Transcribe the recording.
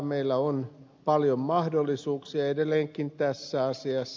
meillä on paljon mahdollisuuksia edelleenkin tässä asiassa